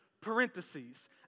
parentheses